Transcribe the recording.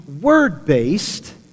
word-based